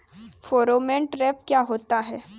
Pheromone trap क्या होता है?